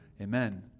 Amen